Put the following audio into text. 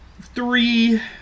three